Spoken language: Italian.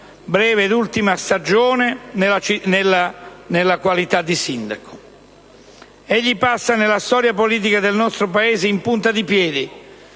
breve ed ultima stagione nella funzione di sindaco. Egli passa nella storia politica del nostro Paese in punta di piedi,